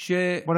אתה